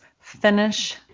finish